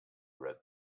read